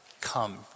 come